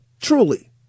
truly